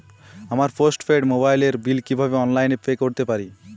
আমার post paid মোবাইলের bill কীভাবে অনলাইনে পে করতে পারি?